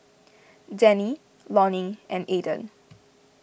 Danny Lonny and Aydan